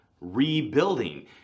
Rebuilding